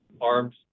arms